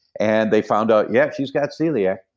and they found out, yeah, she's got celiac.